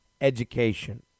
education